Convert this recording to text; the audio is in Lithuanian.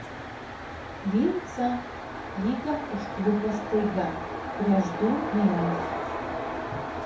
vincą liga užklupo staiga prieš du mėnesius